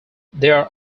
there